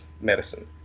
medicine